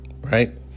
Right